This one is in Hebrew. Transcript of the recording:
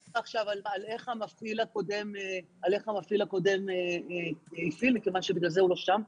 לא נדבר עכשיו על איך המפעיל הקודם הפעיל מכיוון שבגלל זה הוא לא שם.